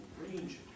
range